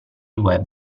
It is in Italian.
web